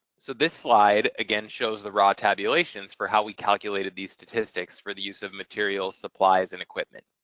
so this slide, again, shows the raw tabulations for how we calculated these statistics for the use of materials, supplies, and equipment.